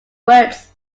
words